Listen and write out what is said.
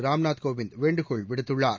ராம்நாத் கோவிந்த் வேண்டுகோள் விடுத்துள்ளார்